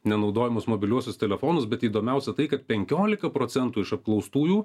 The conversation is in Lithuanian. nenaudojamus mobiliuosius telefonus bet įdomiausia tai kad penkiolika procentų iš apklaustųjų